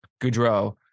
Goudreau